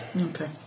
Okay